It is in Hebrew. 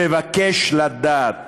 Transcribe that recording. תבקש לדעת